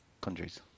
countries